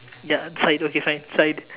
ya side okay fine side